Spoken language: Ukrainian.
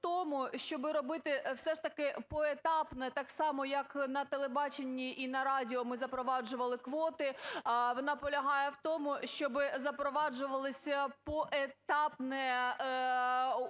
в тому, щоби робити все ж таки поетапно, так само як на телебаченні і на радіо ми запроваджували квоти. Вона полягає в тому, щоби запроваджувалася поетапна